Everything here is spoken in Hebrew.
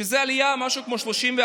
שזו עלייה של כ-34%.